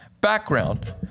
background